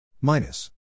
minus